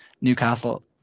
Newcastle